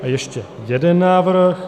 A ještě jeden návrh.